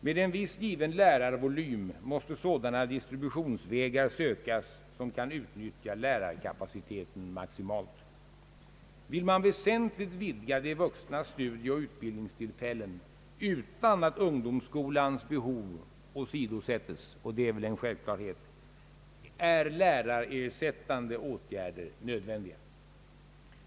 Med en viss given lärarvolym måste sådana distributionsvägar sökas som kan utnyttja lärarkapaciteten maximalt. Vill man väsentligt vidga de vuxnas studieoch utbildningstillfällen utan att ungdomsskolans behov åsidosättes — och det är väl en självklarhet — är lärarersättande åtgärder nödvändiga.